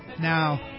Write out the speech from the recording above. Now